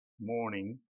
morning